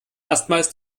erstmals